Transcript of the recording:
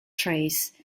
trace